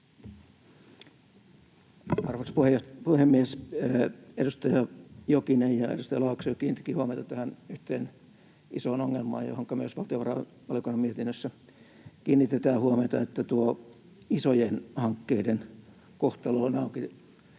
Arvoisa puhemies! Edustaja Jokinen ja edustaja Laakso jo kiinnittivätkin huomiota tähän yhteen isoon ongelmaan, johonka myös valtiovarainvaliokunnan mietinnössä kiinnitetään huomiota, että tuo isojen hankkeiden kohtalo on auki.